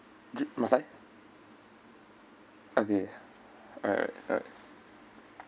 must I okay alright alright alright